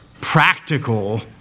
practical